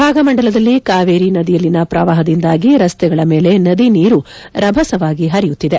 ಭಾಗಮಂಡಲದಲ್ಲಿ ಕಾವೇರಿ ನದಿಯಲ್ಲಿನ ಪ್ರವಾಹದಿಂದಾಗಿ ರಸ್ತೆಗಳ ಮೇಲೆ ನದಿ ನೀರು ರಭಸವಾಗಿ ಹರಿಯುತ್ತಿದೆ